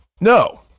No